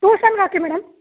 ಟೂಷನ್ಗೆ ಹಾಕಿ ಮೇಡಮ್